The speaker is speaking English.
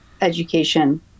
education